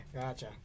gotcha